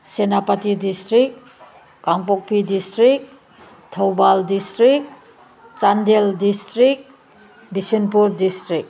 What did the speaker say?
Senapati district Kangpokpi district Thoubal district Chandel district Bishnupur district